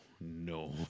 no